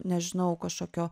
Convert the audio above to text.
nežinau kažkokio